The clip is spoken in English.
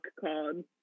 called